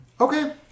Okay